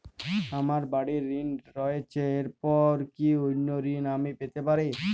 আমার বাড়ীর ঋণ রয়েছে এরপর কি অন্য ঋণ আমি পেতে পারি?